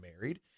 married